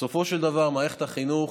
בסופו של דבר, מערכת החינוך,